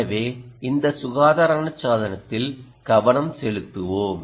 எனவே இந்த சுகாதார சாதனத்தில் கவனம் செலுத்துவோம்